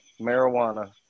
marijuana